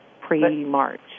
pre-March